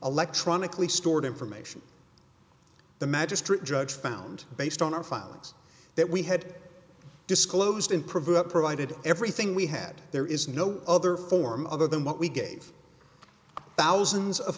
electronically stored information the magistrate judge found based on our filings that we had disclosed and provide up provided everything we had there is no other form other than what we gave thousands of